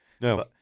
No